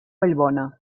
vallbona